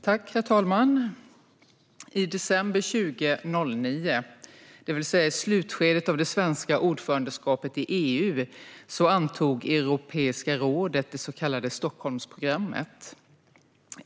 Herr talman! I december 2009, det vill säga i slutskedet av det svenska ordförandeskapet i EU, antog Europeiska rådet det så kallade Stockholmsprogrammet.